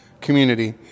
community